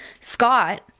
Scott